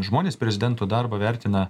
žmonės prezidento darbą vertina